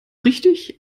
richtig